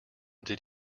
did